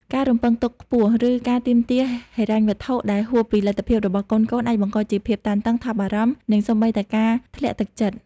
ការរំពឹងទុកខ្ពស់ ឬការទាមទារហិរញ្ញវត្ថុដែលហួសពីលទ្ធភាពរបស់កូនៗ អាចបង្កជាភាពតានតឹង ថប់បារម្ភ និងសូម្បីតែការធ្លាក់ទឹកចិត្ត។